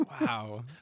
Wow